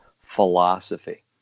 philosophy